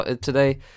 today